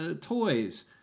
toys